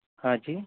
ہاں جی